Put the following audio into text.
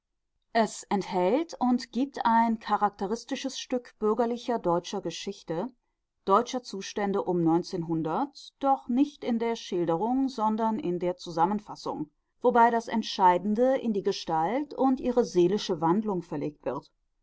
es enthält und gibt ein charakteristisches stück bürgerlicher deutscher geschichte deutscher zustände um doch nicht in der schilderung sondern in der zusammenfassung wobei das entscheidende in die gestalt und ihre seelische wandlung verlegt wird